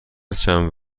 چند